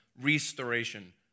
restoration